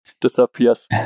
disappears